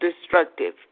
destructive